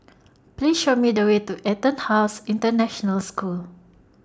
Please Show Me The Way to Etonhouse International School